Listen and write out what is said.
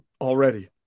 already